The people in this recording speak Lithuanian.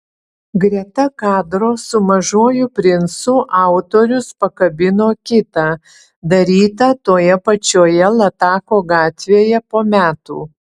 greta kadro su mažuoju princu autorius pakabino kitą darytą toje pačioje latako gatvėje po metų